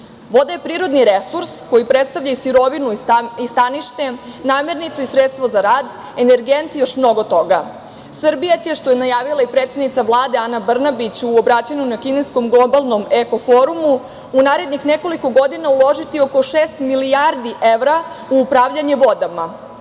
je prirodni resurs koji predstavlja i sirovinu i stanište, namernicu i sredstvo za rad, energent i još mnogo toga. Srbija će, što je najavila i predsednica Vlade Ana Brnabić u obraćanju na kineskom globalnom Eko forumu u narednih nekoliko godina uložiti oko šest milijardi evra u upravljanje vodama,